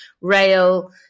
rail